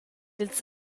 ils